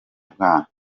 bwana